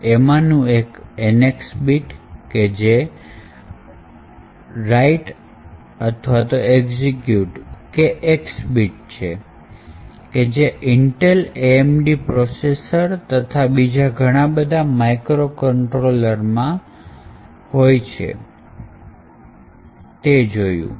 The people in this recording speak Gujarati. એમાંનું એક NX બીટ કે WX કે X બીટ છે જે Intel AMD પ્રોસેસર તથા બીજા ઘણા બધા માઈક્રો કન્ટ્રોલર માં હોય છે